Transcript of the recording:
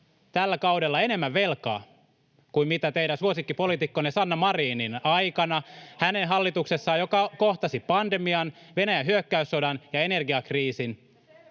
tällä kaudella enemmän velkaa kuin mitä teidän suosikkipoliitikkonne Sanna Marinin aikana hänen hallituksessaan, joka kohtasi pandemian, Venäjän hyök-käyssodan ja energiakriisin